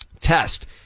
test